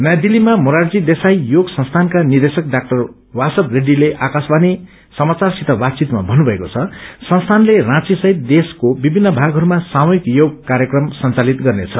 नयौं दिल्लीमा मोरारजी देसद्द योग संस्थानका निदेशक डाक्टर बासव रेडीले आकाशवाणी समाचारसित बातचितमा भन्नुभएको छ संस्थानले राँची सहित देशको विभित्र भागहस्मा सामूहिक योग कार्यक्रम संचालित गर्नेछ